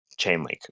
Chainlink